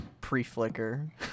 pre-flicker